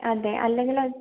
അതെ അല്ലെങ്കിലോ